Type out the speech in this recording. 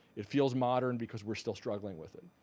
it feels modern because we're still struggling with it.